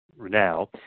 now